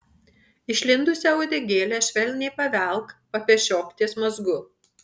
išlindusią uodegėlę švelniai pavelk papešiok ties mazgu